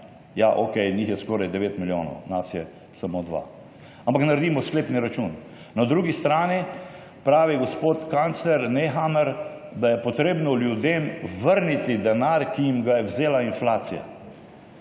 Okej, njih je skoraj 9 milijonov, nas je samo 2 milijona. Ampak naredimo sklepni račun. Na drugi strani pravi gospod kancler Nehammer, da je treba ljudem vrniti denar, ki jim ga je vzela inflacija.